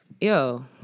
yo